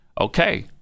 Okay